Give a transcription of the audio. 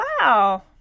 wow